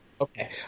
Okay